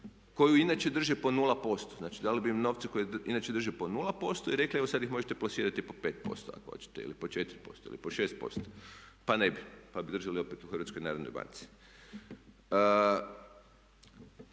koju inače drže po nula posto. Znači, dali bi im novce koje inače drže po nula posto i rekli evo sad ih možete plasirati po 5% ako hoćete ili po 4% ili po 6% pa ne bi, pa bi držali opet u Hrvatskoj narodnoj banci.